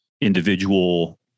individual